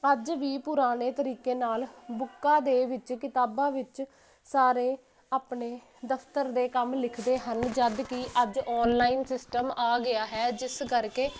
ਅੱਜ ਵੀ ਪੁਰਾਣੇ ਤਰੀਕੇ ਨਾਲ਼ ਬੁੱਕਾਂ ਦੇ ਵਿੱਚ ਕਿਤਾਬਾਂ ਵਿੱਚ ਸਾਰੇ ਆਪਣੇ ਦਫ਼ਤਰ ਦੇ ਕੰਮ ਲਿਖਦੇ ਹਨ ਜਦ ਕਿ ਅੱਜ ਔਨਲਾਈਨ ਸਿਸਟਮ ਆ ਗਿਆ ਹੈ ਜਿਸ ਕਰਕੇ